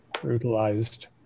brutalized